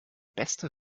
beste